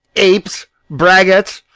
apes, braggarts,